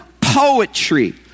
poetry